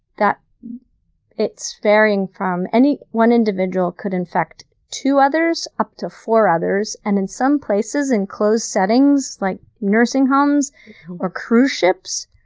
it's varying from, any one individual could infect two others, up to four others. and in some places, in closed settings like nursing homes or cruise ships,